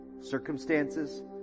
Circumstances